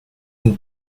and